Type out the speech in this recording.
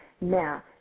Now